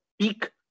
peak